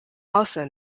also